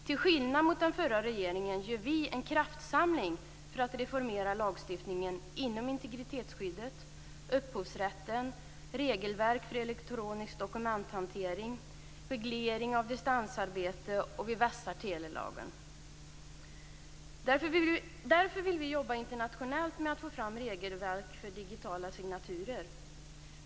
Till skillnad mot den förra regeringen gör vi en kraftsamling för att reformera lagstiftningen inom integritetsskyddet, upphovsrätten, regelverk för elektronisk dokumenthantering, reglering av distansarbete - och vi vässar telelagen. Därför vill vi jobba internationellt med att få fram regelverk för digitala signaturer.